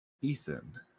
Ethan